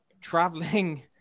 traveling